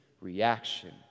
reaction